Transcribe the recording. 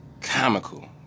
comical